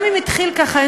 גם אם התחיל ככה,